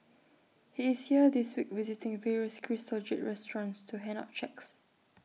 he is here this week visiting various crystal jade restaurants to hand out cheques